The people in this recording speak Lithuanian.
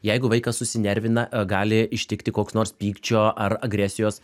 jeigu vaikas susinervina gali ištikti koks nors pykčio ar agresijos